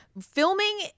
filming